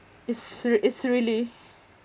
it's rea~ it's really